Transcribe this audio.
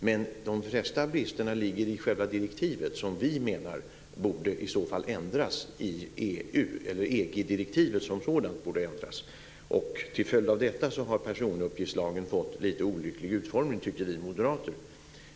Men de flesta bristerna ligger i själva direktivet, och vi menar att EG-direktivet som sådant borde ändras. Till följd av detta har personuppgiftslagen fått en lite olycklig utformning, tycker vi moderater.